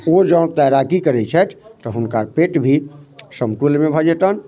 ओ जँ तैराकी करै छथि तऽ हुनकर पेट भी समतुल्यमे भऽ जेतनि